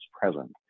Present